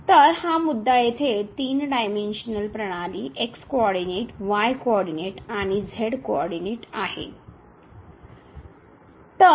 तर हा मुद्दा येथे 3 डायमेनशनल प्रणाली x कोऑर्डिनेंट y कॉर्डिनेंट आणि z कोऑर्डिनेट जो आहे